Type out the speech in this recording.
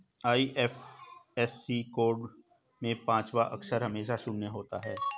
IFSC code में पांचवा अक्षर हमेशा शून्य होता है